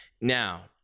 Now